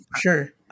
sure